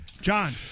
John